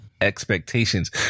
expectations